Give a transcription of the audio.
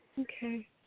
Okay